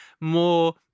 more